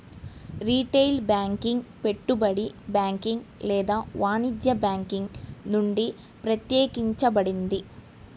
retail banking పెట్టుబడి banking లేదా వాణిజ్య బ్యాంకింగ్ నుండి ప్రత్యేకించబడింది